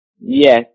Yes